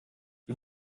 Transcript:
sie